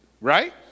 right